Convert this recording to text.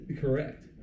Correct